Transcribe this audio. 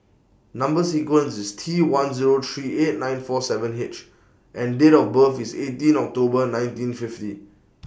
Number sequence IS T one Zero three eight nine four seven H and Date of birth IS eighteen October nineteen fifty